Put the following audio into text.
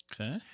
Okay